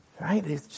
Right